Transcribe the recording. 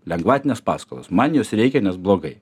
lengvatinės paskolos man jos reikia nes blogai